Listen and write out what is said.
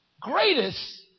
greatest